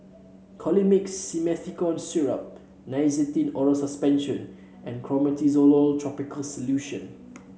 Colimix Simethicone Syrup Nystatin Oral Suspension and Clotrimozole topical solution